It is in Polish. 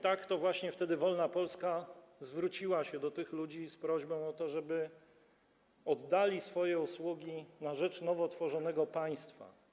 To właśnie wtedy wolna Polska zwróciła się do tych ludzi z prośbą o to, żeby świadczyli swoje usługi na rzecz nowo tworzonego państwa.